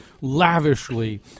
lavishly